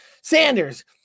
Sanders